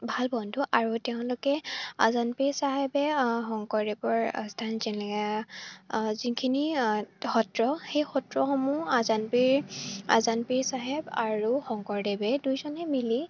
ভাল বন্ধু আৰু তেওঁলোকে আজানপীৰ চাহেবে শংকৰদেৱৰ স্থান যিখিনি সত্ৰ সেই সত্ৰসমূহ আজানপীৰ আজানপীৰ চাহেব আৰু শংকৰদেৱে দুইজনে মিলি